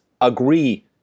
agree